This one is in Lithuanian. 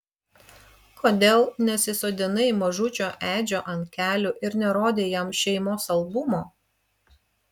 kodėl nesisodinai mažučio edžio ant kelių ir nerodei jam šeimos albumo